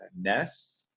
Ness